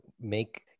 make